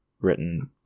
written